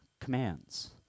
commands